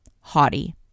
Haughty